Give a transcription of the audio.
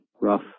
rough